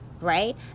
right